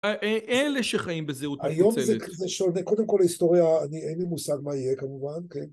אלה שחיים בזהות ניצלת קודם כל היסטוריה, אין לי מושג מה יהיה כמובן